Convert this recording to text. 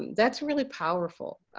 that's really powerful.